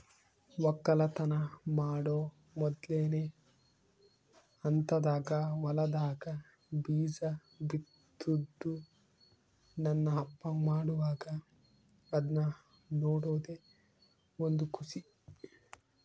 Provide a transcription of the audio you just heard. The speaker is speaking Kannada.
ವಕ್ಕಲತನ ಮಾಡೊ ಮೊದ್ಲನೇ ಹಂತದಾಗ ಹೊಲದಾಗ ಬೀಜ ಬಿತ್ತುದು ನನ್ನ ಅಪ್ಪ ಮಾಡುವಾಗ ಅದ್ನ ನೋಡದೇ ಒಂದು ಖುಷಿ